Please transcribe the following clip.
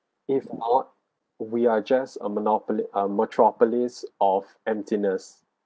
if not we are just a monopoly uh metropolis of emptiness